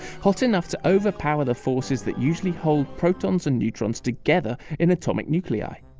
hot enough to overpower the forces that usually hold protons and neutrons together in atomic nuclei.